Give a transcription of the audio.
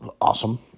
awesome